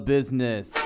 Business